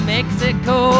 Mexico